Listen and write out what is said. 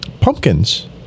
pumpkins